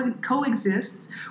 coexists